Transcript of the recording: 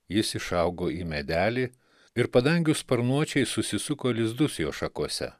jis išaugo į medelį ir padangių sparnuočiai susisuko lizdus jo šakose